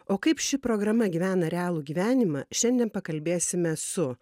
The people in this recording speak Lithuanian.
o kaip ši programa gyvena realų gyvenimą šiandien pakalbėsime su